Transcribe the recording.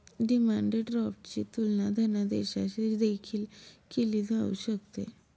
demand ड्राफ्टची तुलना धनादेशाशी देखील केली जाऊ शकते